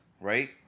right